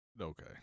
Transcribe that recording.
Okay